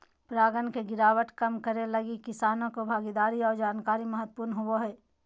परागण के गिरावट कम करैय लगी किसानों के भागीदारी और जानकारी महत्वपूर्ण होबो हइ